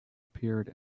appeared